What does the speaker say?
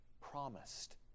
promised